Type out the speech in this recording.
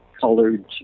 colored